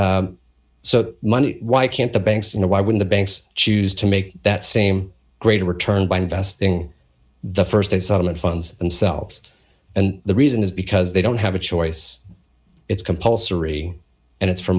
so why can't the banks you know why would the banks choose to make that same great return by investing the st a settlement funds themselves and the reason is because they don't have a choice it's compulsory and it's for